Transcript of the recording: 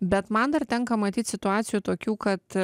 bet man dar tenka matyt situacijų tokių kad